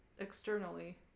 externally